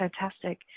fantastic